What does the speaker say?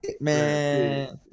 man